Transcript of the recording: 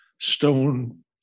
stone